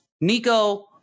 Nico